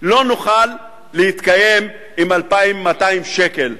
לא נוכל להתקיים עם 2,200 שקל.